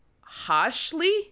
harshly